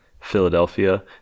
philadelphia